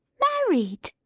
married!